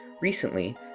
Recently